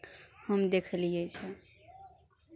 हम देखलियै छै